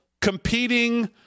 competing